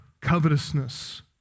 covetousness